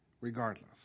regardless